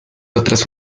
otras